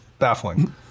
Baffling